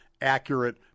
accurate